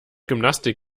gymnastik